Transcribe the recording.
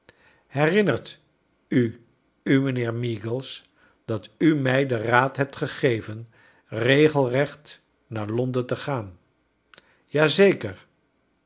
herinnert u u mijnheer meagles flat u mij den raad hebt gegeven regelvecht naar londen te gaan